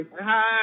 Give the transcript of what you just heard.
Hi